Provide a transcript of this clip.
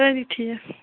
سٲری ٹھیٖک